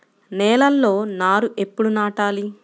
నేలలో నారు ఎప్పుడు నాటాలి?